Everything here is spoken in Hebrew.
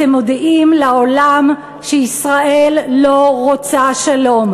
אתם מודיעים לעולם שישראל לא רוצה שלום.